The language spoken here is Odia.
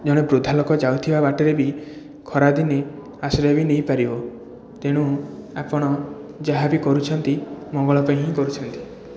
ଜଣେ ବୃଦ୍ଧା ଲୋକ ଯାଉଥିବା ବାଟରେ ବି ଖରା ଦିନେ ଆଶ୍ରୟ ବି ନେଇ ପାରିବ ତେଣୁ ଆପଣ ଯାହା ବି କରୁଛନ୍ତି ମଙ୍ଗଳ ପାଇଁ ହିଁ କରୁଛନ୍ତି